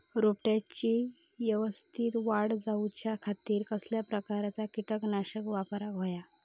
रोपट्याची यवस्तित वाढ जाऊच्या खातीर कसल्या प्रकारचा किटकनाशक वापराक होया?